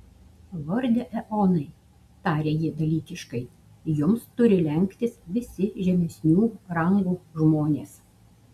lorde eonai tarė ji dalykiškai jums turi lenktis visi žemesnių rangų žmonės